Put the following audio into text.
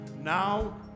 Now